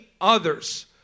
others